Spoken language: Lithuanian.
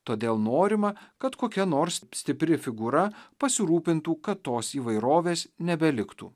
todėl norima kad kokia nors stipri figūra pasirūpintų kad tos įvairovės nebeliktų